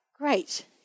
Great